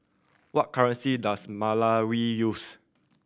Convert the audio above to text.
what currency does Malawi use